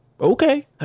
okay